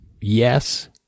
yes